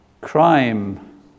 crime